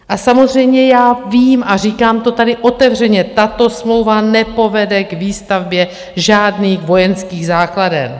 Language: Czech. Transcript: A samozřejmě já vím, a říkám to tady otevřeně, tato smlouva nepovede k výstavbě žádných vojenských základen.